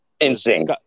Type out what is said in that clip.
insane